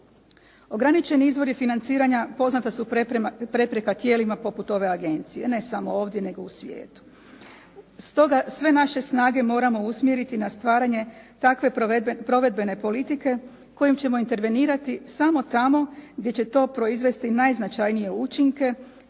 Ograničeni izvori financiranja poznata su prepreka tijelima poput ove agencije ne samo ovdje, nego u svijetu. Stoga sve naše snage moramo usmjeriti na stvaranje takve provedbene politike kojom ćemo intervenirati samo tamo gdje će to proizvesti najznačajnije učinke